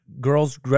girls